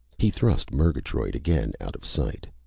he thrust murgatroyd again out of sight.